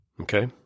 okay